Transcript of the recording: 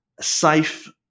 safe